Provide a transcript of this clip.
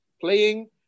playing